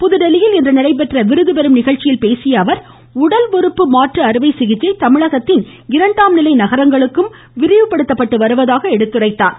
புதுதில்லியில் இன்று நடைபெற்ற விருதுபெறும் நிகழ்ச்சியில்பேசிய அவர் உடல் உறுப்பு மாற்று அறுவை சிகிச்சை தமிழகத்தின் இரண்டாம் நிலை நகரங்களுக்கும் விரிவுபடுத்தப்பட்டு வருவதாக தெரிவித்தார்